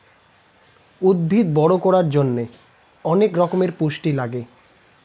উদ্ভিদ বড় করার জন্যে অনেক রকমের পুষ্টি লাগে